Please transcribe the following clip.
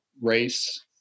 race